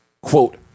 quote